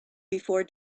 before